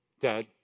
dad